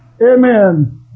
amen